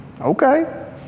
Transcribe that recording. Okay